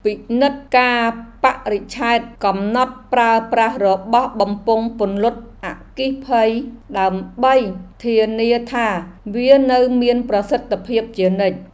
ពិនិត្យកាលបរិច្ឆេទកំណត់ប្រើប្រាស់របស់បំពង់ពន្លត់អគ្គិភ័យដើម្បីធានាថាវានៅមានប្រសិទ្ធភាពជានិច្ច។